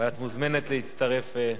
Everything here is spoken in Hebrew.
ואת מוזמנת להצטרף.